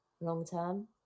long-term